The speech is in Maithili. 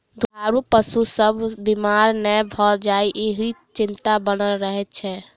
दूधारू पशु सभ बीमार नै भ जाय, ईहो चिंता बनल रहैत छै